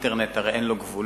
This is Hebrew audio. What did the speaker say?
אינטרנט, הרי אין לו גבולות,